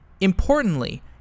Importantly